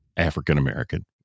African-American